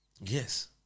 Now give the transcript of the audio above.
Yes